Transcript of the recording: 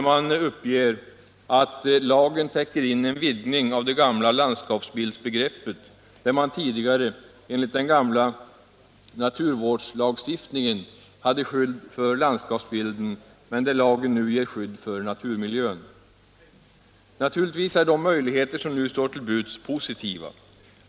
Man uppger där att lagen täcker in en vidgning av det gamla landskapsbildsbegreppet, där man tidigare enligt den gamla naturvårdslagstiftningen hade skydd för landskapsbilden, men där lagen nu ger skydd för naturmiljön. Naturligtvis är de möjligheter som nu står till buds positiva.